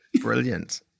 Brilliant